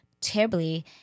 terribly